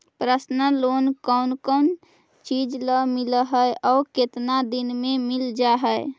Personal loan कोन कोन चिज ल मिल है और केतना दिन में मिल जा है?